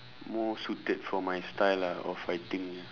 more suited for my style ah of fighting ah